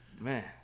Man